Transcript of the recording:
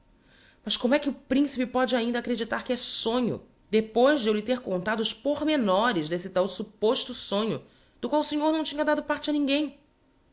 como é que o principe póde ainda acreditar que é sonho depois de eu lhe ter contado os pormenores d'esse tal supposto sonho do qual o senhor não tinha dado parte a ninguem